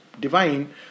divine